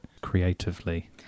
creatively